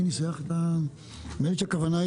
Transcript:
בסעיף התחתון האחד לפני האחרון.